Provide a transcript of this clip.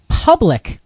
Public